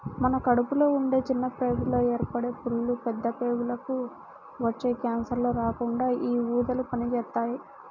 మన కడుపులో ఉండే చిన్న ప్రేగుల్లో ఏర్పడే పుళ్ళు, పెద్ద ప్రేగులకి వచ్చే కాన్సర్లు రాకుండా యీ ఊదలు పనిజేత్తాయి